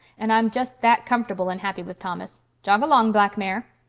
and i'm just that comfortable and happy with thomas. jog along, black mare.